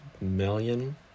million